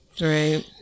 right